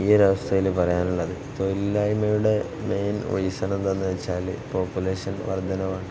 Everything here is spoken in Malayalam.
ഈയൊരു അവസ്ഥയില് പറയാനുള്ളത് തൊഴിലില്ലായ്മയുടെ മെയിൻ റീസൺ എന്താണെന്നുവെച്ചാല് പോപ്പുലേഷൻ വർദ്ധനവാണ്